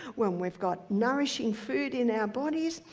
when we've got nourishing food in our bodies,